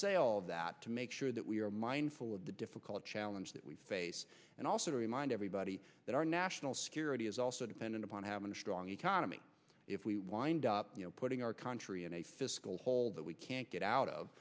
of that to make sure that we are mindful of the difficult challenge that we face and also to remind everybody that our national security is also dependent upon having a strong economy if we wind up putting our country in a fiscal hole that we can't get out of